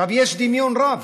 יש דמיון רב,